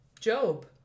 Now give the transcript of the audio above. job